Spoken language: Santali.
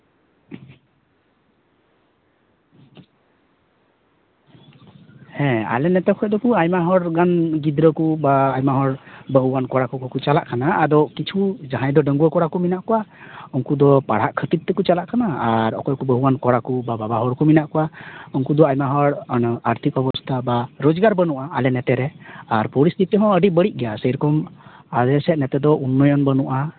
ᱦᱮᱸ ᱟᱞᱮ ᱱᱚᱛᱮ ᱠᱷᱚᱱ ᱫᱚ ᱟᱭᱢᱟ ᱦᱚᱲ ᱜᱟᱱ ᱜᱤᱫᱽᱨᱟᱹ ᱠᱚ ᱵᱟ ᱟᱭᱢᱟ ᱦᱚᱲ ᱵᱟᱹᱦᱩᱣᱟᱱ ᱠᱚᱲᱟ ᱠᱚᱠᱚ ᱪᱟᱞᱟᱜ ᱠᱟᱱᱟ ᱟᱫᱚ ᱠᱤᱪᱷᱩ ᱡᱟᱦᱟᱸᱭ ᱫᱚ ᱰᱟᱺᱜᱽᱣᱟᱹ ᱠᱚᱲᱟ ᱠᱚ ᱢᱮᱱᱟᱜ ᱠᱚᱣᱟ ᱩᱱᱠᱩ ᱫᱚ ᱯᱟᱲᱦᱟᱜ ᱠᱷᱟᱹᱛᱤᱨ ᱛᱮᱠᱚ ᱪᱟᱞᱟᱜ ᱠᱟᱱᱟ ᱟᱨ ᱚᱠᱚᱭ ᱠᱚᱫᱚ ᱵᱟᱹᱦᱩᱣᱟᱱ ᱠᱚᱲᱟ ᱠᱚ ᱵᱟ ᱵᱟᱵᱟ ᱦᱚᱲ ᱠᱚ ᱢᱮᱱᱟᱜ ᱠᱚᱣᱟ ᱩᱱᱠᱩ ᱫᱚ ᱟᱭᱢᱟ ᱦᱚᱲ ᱟᱨᱛᱷᱤᱠ ᱚᱵᱚᱥᱛᱷᱟ ᱵᱟ ᱨᱳᱡᱽᱜᱟᱨ ᱵᱟᱹᱱᱩᱜᱼᱟ ᱟᱞᱮ ᱱᱚᱛᱮᱨᱮ ᱟᱨ ᱯᱚᱨᱤᱥᱛᱷᱤᱛᱤ ᱦᱚᱸ ᱟᱹᱰᱤ ᱵᱟᱹᱲᱤᱡ ᱜᱮᱭᱟ ᱥᱮᱨᱚᱠᱚᱢ ᱟᱞᱮ ᱥᱮᱫ ᱱᱮᱛᱟᱨ ᱫᱚ ᱩᱱᱱᱚᱭᱚᱱ ᱵᱟᱹᱱᱩᱜᱼᱟ